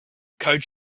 coach